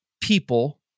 people